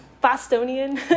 Bostonian